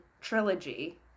trilogy